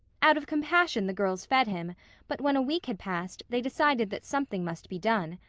out of compassion the girls fed him but when a week had passed they decided that something must be done.